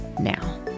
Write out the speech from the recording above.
now